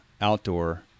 outdoor